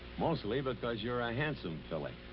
mostly because you're a handsome filly,